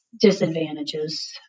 disadvantages